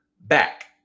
back